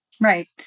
Right